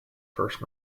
first